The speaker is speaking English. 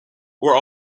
were